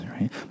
right